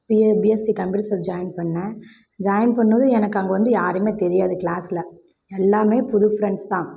B BSc computer science join பண்ணிணேன் join பண்ணிணதும் எனக்கு அங்கே வந்து யாரையுமே தெரியாது க்ளாஸில் எல்லாமே புது ஃப்ரெண்ட்ஸ்தான்